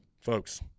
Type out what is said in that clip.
folks